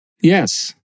Yes